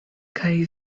kaj